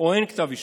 או אין כתב אישום,